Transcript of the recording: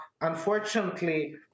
Unfortunately